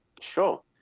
Sure